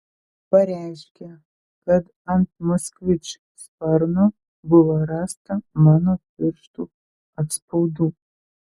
pareiškė kad ant moskvič sparno buvo rasta mano pirštų atspaudų